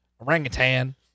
Orangutan